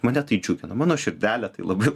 mane tai džiugina mano širdelę tai labai